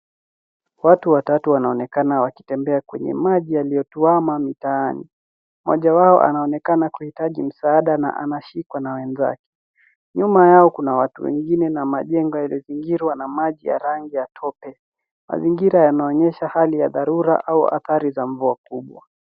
Watu watatu wanaonekana wakitembea kwenye maji yaliyotuama mitaani. Mmoja wao anaonekana kuhitaji msaada na anashikwa na wenzake. Nyuma yao kuna watu wengine na majengo yaliyozingirwa na maji ya rangi ya tope. Mazingira yanaonyesha hali ya dharura au athari za mvua kubwa.